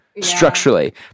Structurally